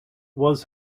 was